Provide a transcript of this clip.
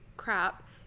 crap